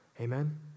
Amen